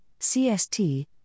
CST